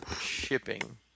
Shipping